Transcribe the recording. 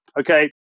Okay